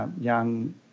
young